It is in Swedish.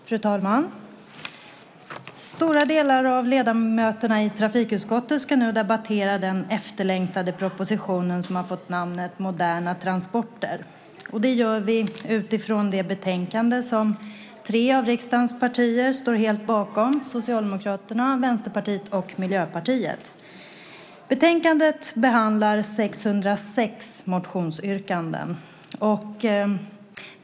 Fru talman! En stor del av trafikutskottets ledamöter ska nu debattera den efterlängtade propositionen som har fått namnet Moderna transporter . Det gör vi utifrån det betänkande som tre av riksdagens partier står helt bakom, Socialdemokraterna, Vänsterpartiet och Miljöpartiet. Betänkandet behandlar 606 motionsyrkanden.